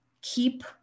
keep